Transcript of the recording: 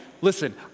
Listen